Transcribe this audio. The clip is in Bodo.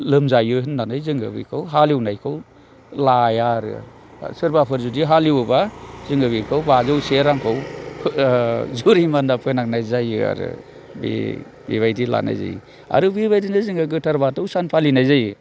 लोमजायो होननानै जोङो बेखौ हालएवनायखौ लाया आरो सोरबाफोर जुदि हालएवोब्ला जोङो बेखौ बाजौसे रांखौ बिगुर हिमानदा फोनांनाय जायो आरो बे बेबायदि लानाय जायो आरो बेबायदिनो जोङो गोथार बाथौ सान फालिनाय जायो